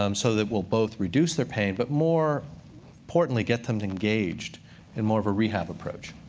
um so that will both reduce their pain, but more importantly, get them engaged in more of a rehab approach.